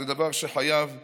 זה דבר שחייב להיות,